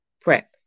prep